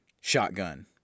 shotgun